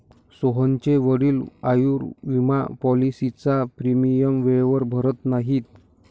सोहनचे वडील आयुर्विमा पॉलिसीचा प्रीमियम वेळेवर भरत नाहीत